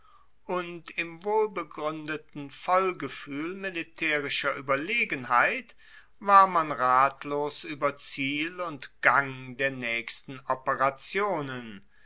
und im wohlbegruendeten vollgefuehl militaerischer ueberlegenheit war man ratlos ueber ziel und gang der naechsten operationen